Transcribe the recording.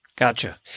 Gotcha